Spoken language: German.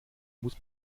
muss